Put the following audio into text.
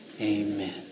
Amen